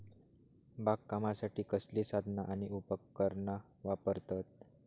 बागकामासाठी कसली साधना आणि उपकरणा वापरतत?